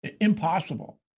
impossible